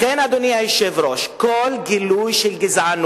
לכן, אדוני היושב-ראש, כל גילוי של גזענות,